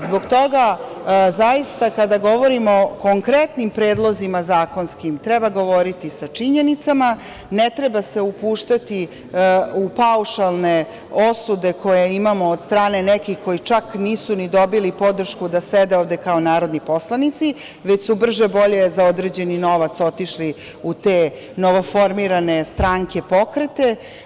Zbog toga, kada govorimo o konkretnim zakonskim predlozima, treba govoriti sa činjenicama, ne treba se upuštati u paušalne osude koje imamo od strane nekih koji čak nisu dobili ni podršku da sede ovde kao narodni poslanici, već su brže-bolje za određeni novac otišli u te novoformirane stranke, pokrete.